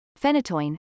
phenytoin